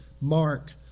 Mark